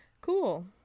cool